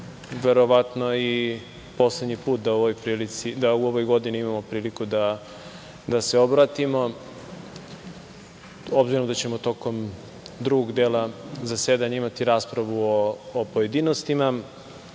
verovatno i poslednji put da u ovoj godini imamo priliku da se obratimo, obzirom da ćemo tokom drugog dela zasedanja imati raspravu o pojedinostima,